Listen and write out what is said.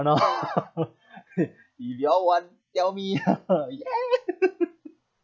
ah now if you all want tell me ah !yay!